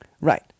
Right